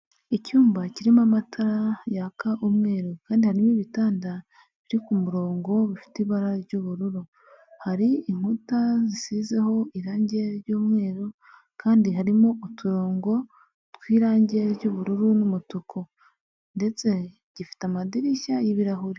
Icyumba kirimo amatara yaka umweru kandi harimo ibitanda biri ku murongo bifite ibara ry'ubururu, hari inkuta ziho irangi ry'umweru kandi harimo uturongo Tw'irangi ry'ubururu n'umutuku ndetse gifite amadirishya y'ibirahuri.